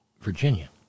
Virginia